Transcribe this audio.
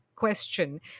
question